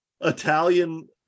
Italian